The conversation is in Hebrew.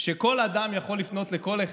של הדוגמנים